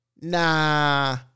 nah